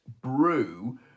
brew